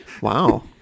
Wow